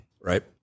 right